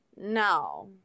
no